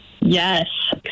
Yes